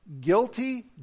guilty